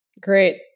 Great